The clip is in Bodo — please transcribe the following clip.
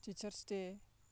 teachers day